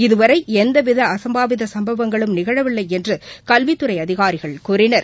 இதுவரைஎந்தவிதஅசம்பாவிதசம்பவங்களும் நிகழவில்லைஎன்றுகல்வித்துறைஅதிகாரிகள் கூறினர்